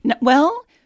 Well-